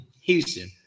Houston